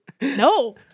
No